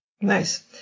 Nice